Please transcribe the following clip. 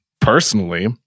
personally